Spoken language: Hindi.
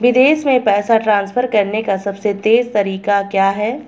विदेश में पैसा ट्रांसफर करने का सबसे तेज़ तरीका क्या है?